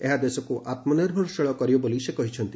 ଏହା ଦେଶକୁ ଆତ୍ମନିର୍ଭରଶୀଳ କରିବ ବୋଲି ସେ କହିଛନ୍ତି